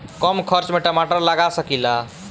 कम खर्च में टमाटर लगा सकीला?